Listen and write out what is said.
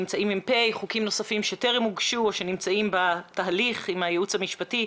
וחוקים נוספים שטרם הוגשו או שנמצאים בתהליך עם הייעוץ המשפטי.